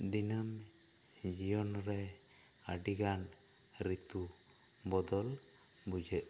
ᱫᱤᱱᱟᱹᱢ ᱡᱤᱭᱚᱱ ᱨᱮ ᱟᱹᱰᱤ ᱜᱟᱱ ᱨᱤᱛᱩ ᱵᱚᱫᱚᱞ ᱵᱩᱡᱷᱟᱹᱜ ᱠᱟᱱᱟ